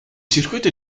circuito